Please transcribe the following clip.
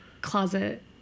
closet